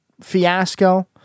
fiasco